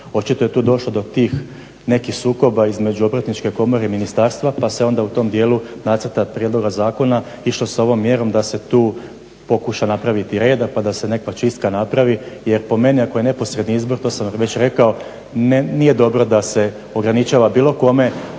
Očito je tu došlo do tih nekih sukoba između Obrtničke komore i ministarstva, pa se onda u tom dijelu Nacrta prijedloga zakona išlo sa ovom mjerom da se tu pokuša napraviti reda pa da se nekakva čistka napravi. Jer po meni ako je neposredni izbor to sam vam već rekao nije dobro da se ograničava bilo kome